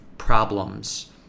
problems